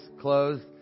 closed